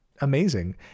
amazing